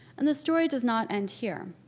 and the story does not end here.